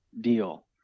deal